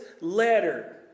letter